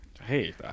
Hey